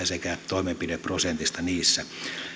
sekä toimenpideprosentista niissä